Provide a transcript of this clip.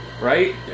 Right